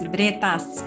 Bretas